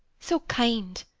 so kind!